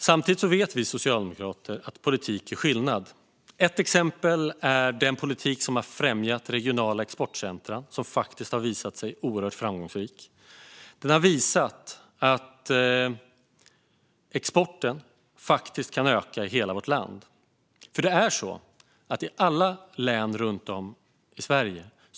Samtidigt vet vi socialdemokrater att politik gör skillnad. Ett exempel är den politik som har främjat regionala exportcentrum, som har visat sig oerhört framgångsrik. Den har visat att exporten faktiskt kan öka i hela vårt land; det har den gjort i alla län runt om i Sverige.